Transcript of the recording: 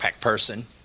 person